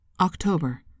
October